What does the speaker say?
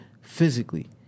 physically